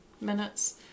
minutes